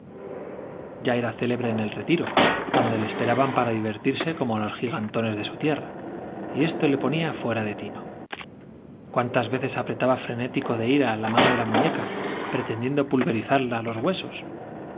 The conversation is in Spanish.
ya era célebre en el retiro donde le esperaban de para divertirse á los gigantones tierra como su y esto le ponía fuera de tino i cuántas veces apretaba frenético de ira la manó de la muñeca pretendiendo pulverizarla los huesos